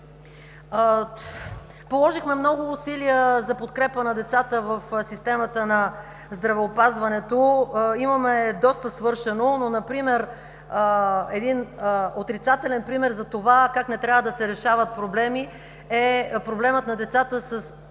Положихме много усилия за подкрепа на децата в системата на здравеопазването. Имаме доста свършено. Отрицателен пример как не трябва да се решават проблеми е проблемът на децата с